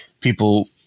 people